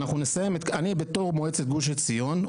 אני בתור מועצת גוש עציון,